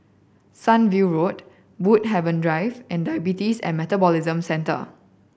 Sunview Road Woodhaven Drive and Diabetes and Metabolism Centre